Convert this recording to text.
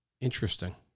Interesting